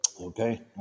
Okay